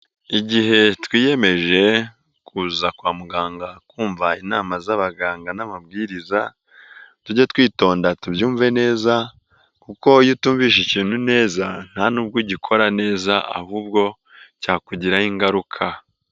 Igihe twiyemeje kuza kwa muganga kumva inama z'abaganga n'amabwiriza, tujye twitonda tubyumve neza kuko iyo utumvise ikintu neza ntanubwo ugikora neza ahubwo cyakugiraho ingaruka.